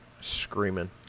screaming